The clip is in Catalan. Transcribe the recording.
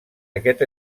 aquest